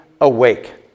awake